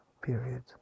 Period